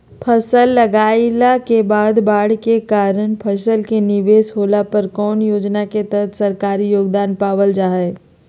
फसल लगाईला के बाद बाढ़ के कारण फसल के निवेस होला पर कौन योजना के तहत सरकारी योगदान पाबल जा हय?